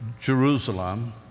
Jerusalem